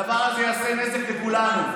הדבר הזה יעשה נזק לכולנו.